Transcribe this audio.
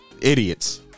idiots